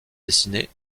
dessinées